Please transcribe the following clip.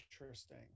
Interesting